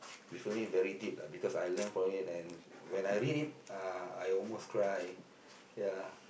it's only very deep lah because I learn from it and when I read it uh I almost cry ya